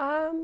college